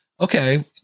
okay